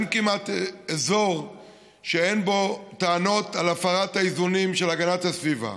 אין כמעט אזור שאין בו טענות על הפרת האיזונים של הגנת הסביבה.